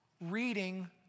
reading